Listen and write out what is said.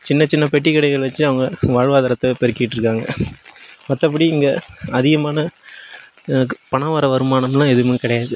சின்ன சின்ன பெட்டிக் கடைகள் வச்சி அவங்க வாழ்வாதாரத்தை பெருக்கிட் இருக்காங்க மற்றபடி இங்கே அதிகமான பணம் வர வருமானம் எல்லாம் எதுவுமே கிடையாது